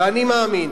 ואני מאמין